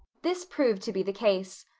this proved to be the case.